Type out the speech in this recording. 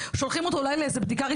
בדרך כלל; שולחים אותו,